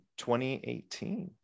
2018